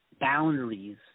boundaries